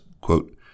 quote